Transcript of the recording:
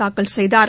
தாக்கல் செய்தார்